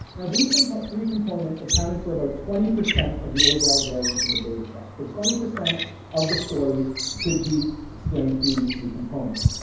now these compo three components accounted for about twenty percent of the overall variance in the data set. so twenty percent of the story could be explained through these three components.